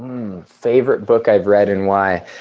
favorite book i've read and why.